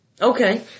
Okay